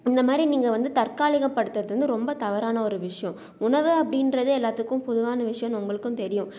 இந்தமாதிரி நீங்கள் வந்து தற்காலிகப்படுத்துகிறது வந்து ரொம்ப தவறான ஒரு விஷயம் உணவு அப்படீன்றதே எல்லாத்துக்கும் பொதுவான விஷயனு உங்களுக்கும் தெரியும்